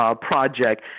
project